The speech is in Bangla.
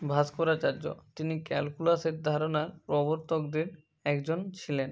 ভাস্করাচার্য তিনি ক্যালকুলাসের ধারণা প্রবর্তকদের একজন ছিলেন